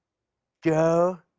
joe?